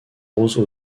roses